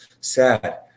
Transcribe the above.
sad